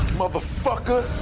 motherfucker